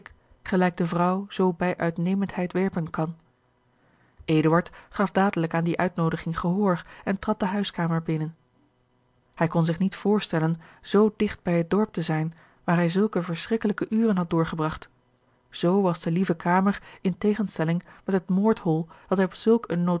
gelijk de vrouw zoo bij uitnemendheid werpen kan eduard gaf dadelijk aan die uitnoodiging gehoor en trad de huiskamer binnen hij kon zich niet voorstellen zoo digt bij het dorp te zijn waar hij zulke verschrikkelijke uren had doorgebragt z was de lieve kamer in tegenstelling met het moordhol dat hij op zulk eene